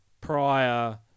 prior